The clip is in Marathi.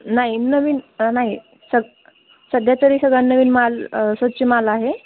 नाही नवीन नाही सग सध्या तरी सगळा नवीन माल स्वच्छ माल आहे